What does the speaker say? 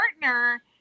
partner